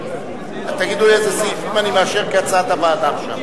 תמיכה בבתי-ספר מוכרים לא רשמיים במגזר הערבי,